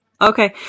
okay